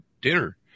dinner